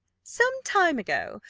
some time ago,